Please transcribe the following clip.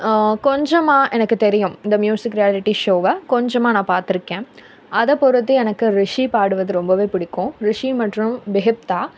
கொஞ்சமாக எனக்கு தெரியும் இந்த மியூசிக் ரியாலிட்டி ஷோவை கொஞ்சமாக நான் பார்த்துருக்கேன் அதை பொறுத்து எனக்கு ரிஷி பாடுவது ரொம்பவே பிடிக்கும் ரிஷி மற்றும் பிஹிப்தா